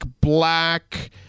Black